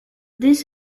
this